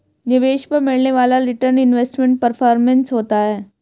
निवेश पर मिलने वाला रीटर्न इन्वेस्टमेंट परफॉरमेंस होता है